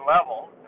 level